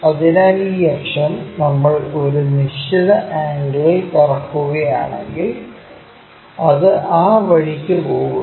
അതിനാൽ ഈ അക്ഷം നമ്മൾ ഒരു നിശ്ചിത ആംഗിളിൽ കറങ്ങുകയാണെങ്കിൽ അത് ആ വഴിക്ക് പോകുന്നു